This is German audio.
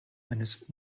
eines